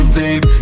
deep